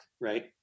right